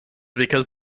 because